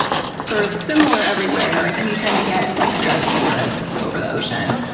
sort of, similar everywhere, then you tend to get like strato-cumulus over the ocean.